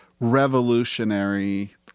revolutionary